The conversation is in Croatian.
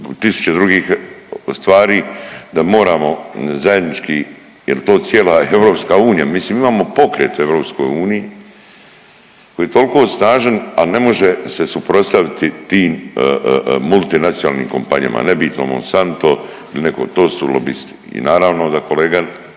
tisuće drugih stvari da moramo zajednički jel to cijela EU, mislim imamo pokret u EU koji je tolko snažan, al ne može se suprotstaviti tim multinacionalnim kompanijama, nebitno MOnsanto il neko to su lobisti. I naravno da kolega